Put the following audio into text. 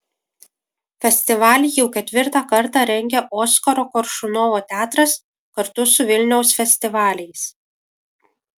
festivalį jau ketvirtą kartą rengia oskaro koršunovo teatras kartu su vilniaus festivaliais